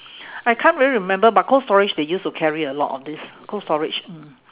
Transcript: I can't really remember but cold storage they used to carry a lot of this cold storage mm